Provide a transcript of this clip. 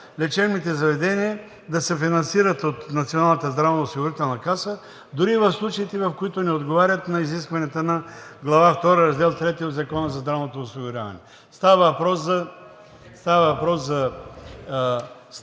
лечебните заведения да се финансират от Националната здравноосигурителна каса дори в случаите, в които не отговарят на изискванията на Глава втора, Раздел III от Закона за здравното осигуряване. Става въпрос за